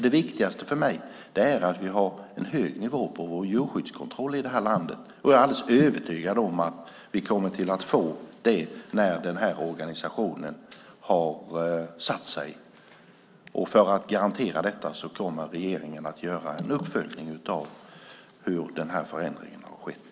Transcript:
Det viktigaste för mig är att vi har en hög nivå på vår djurskyddskontroll i det här landet, och jag är alldeles övertygad om att vi kommer att få det när den här organisationen har satt sig. För att garantera detta kommer regeringen att göra en uppföljning av hur förändringen har skett.